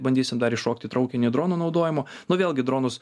bandysim dar iššokt traukinį dronų naudojimo nu vėlgi dronus